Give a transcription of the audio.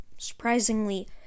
surprisingly